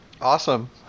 Awesome